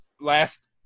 Last